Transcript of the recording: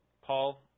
Paul